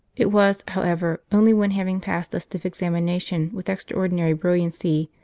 it was, however, only when, having passed a stiff examination with extraordinary brilliancy,